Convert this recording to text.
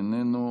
איננו,